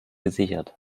gesichert